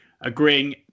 agreeing